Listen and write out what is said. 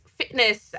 fitness